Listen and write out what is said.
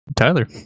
Tyler